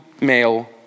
male